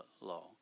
law